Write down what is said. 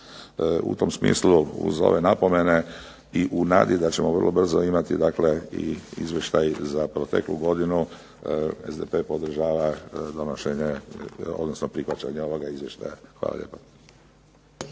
U tom smislu uz ove napomene i u nadi da ćemo vrlo brzo imati i izvještaj za proteklu godinu, SDP podržava prihvaćanje ovoga izvještaja. Hvala lijepo.